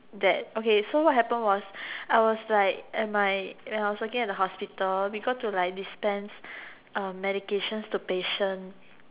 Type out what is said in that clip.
that okay so what happened was I was like at my when I was working at the hospital we get to like dispense medication to patients